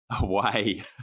away